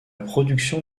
production